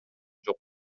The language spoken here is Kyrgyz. жок